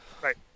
Right